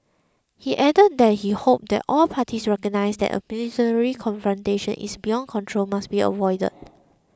he added that he hoped all parties recognise that a military confrontation is beyond control must be avoided